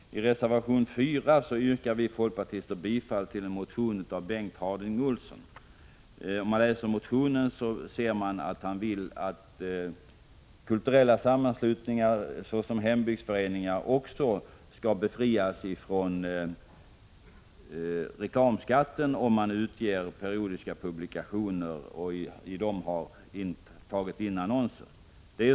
I reservation 4 yrkar vi folkpartister bifall till en motion av Bengt Harding Olson. Av motionen framgår att han vill att även kulturella sammanslutningar, såsom hembygdsföreningar, skall befrias från reklamskatt om de utger periodiska publikationer och i dem har intagit annonser.